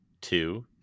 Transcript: Two